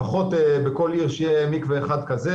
לפחות בכל עיר שיהיה מקווה אחד כזה,